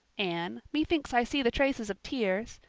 anne, methinks i see the traces of tears.